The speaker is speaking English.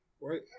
Right